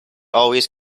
always